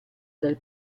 del